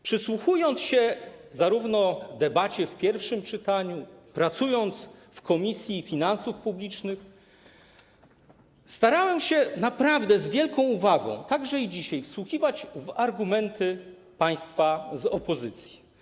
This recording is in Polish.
Przysłuchując się debacie w pierwszym czytaniu i pracując w Komisji Finansów Publicznych, starałem się naprawdę z wielką uwagą, także dzisiaj, wsłuchiwać w argumenty państwa z opozycji.